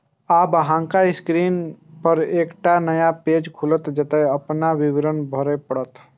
आब अहांक स्क्रीन पर एकटा नया पेज खुलत, जतय अपन विवरण भरय पड़त